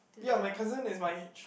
ya my cousin is my age